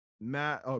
Matt